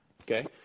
Okay